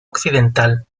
occidental